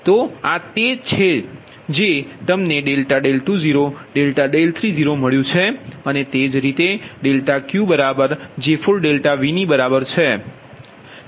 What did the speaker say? તો આ તે છે જે તમને ∆20 ∆30મળ્યુ છે અને તે જ રીતે ∆Q J4∆V ની બરાબર છે